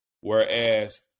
Whereas